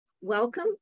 Welcome